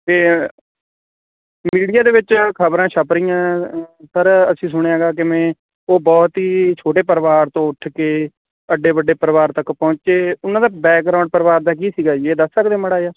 ਅਤੇ ਮੀਡੀਆ ਦੇ ਵਿੱਚ ਖ਼ਬਰਾਂ ਛਪ ਰਹੀਆਂ ਪਰ ਅਸੀਂ ਸੁਣਿਆ ਗਾ ਕਿਵੇਂ ਉਹ ਬਹੁਤ ਹੀ ਛੋਟੇ ਪਰਿਵਾਰ ਤੋਂ ਉੱਠ ਕੇ ਐਡੇ ਵੱਡੇ ਪਰਿਵਾਰ ਤੱਕ ਪਹੁੰਚੇ ਉਹਨਾਂ ਦਾ ਬੈਕਗਰਾਉਂਡ ਪਰਿਵਾਰ ਦਾ ਕੀ ਸੀਗਾ ਜੀ ਇਹ ਦੱਸ ਸਕਦੇ ਮਾੜਾ ਜਿਹਾ